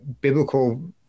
biblical